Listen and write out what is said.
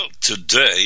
today